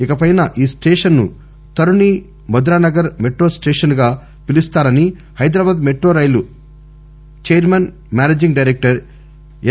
ఇకపై ఈ స్లేషన్ను తరుణి మధురానగర్ మెట్రో స్లేషన్గా పిలుస్తారని హైదరాబాద్ మెట్రో రైలు చైర్మన్ మేనేజింగ్ డైరెక్టర్ ఎస్